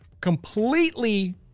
completely